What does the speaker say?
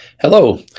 Hello